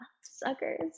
suckers